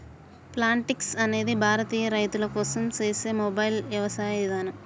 Plantix అనేది భారతీయ రైతుల కోసం సేసే మొబైల్ యవసాయ ఇదానం